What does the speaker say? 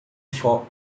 foco